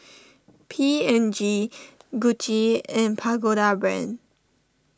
P and G Gucci and Pagoda Brand